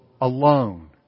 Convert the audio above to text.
alone